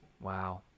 Wow